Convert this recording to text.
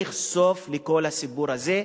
צריך סוף לכל הסיפור הזה,